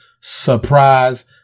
Surprise